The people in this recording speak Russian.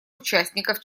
участников